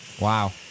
Wow